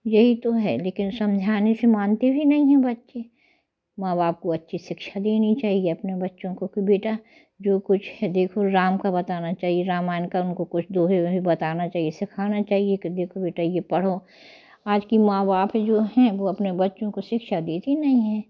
यही तो है लेकिन समझने से मनाते भी नहीं हैं बच्चे माँ बाप को अच्छी शिक्षा देनी चाहिए अपने बच्चों को कि बेटा जो कुछ है देखो राम का बताना चाहिए रामायण का उनको कुछ दोहे वोहे बताना चाहिए सिखाना चाहिए कि देखो बेटा ये पढ़ो आज के माँ बाप जो हैं वो अपने बच्चों को शिक्षा देते नहीं हैं